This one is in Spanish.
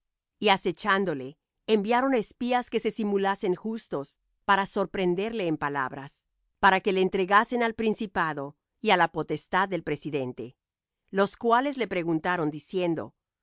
y acechándole enviaron espías que se simulasen justos para sorprenderle en palabras para que le entregasen al principado y á la potestad del presidente los cuales le preguntaron diciendo